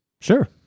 Sure